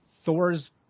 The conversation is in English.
Thor's